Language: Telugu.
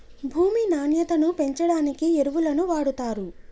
భూమి నాణ్యతను పెంచడానికి ఎరువులను వాడుతారు